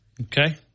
Okay